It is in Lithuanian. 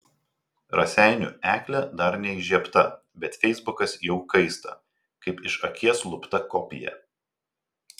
raseinių eglė dar neįžiebta bet feisbukas jau kaista kaip iš akies lupta kopija